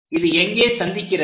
இது எங்கே சந்திக்கிறது